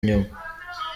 nyuma